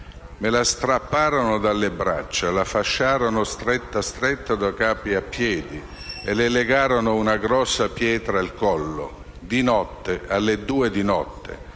«Me la strapparono dalle braccia, la fasciarono stretta stretta da capo a piedi e le legarono una grossa pietra al collo; di notte, alle due di notte,